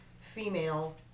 female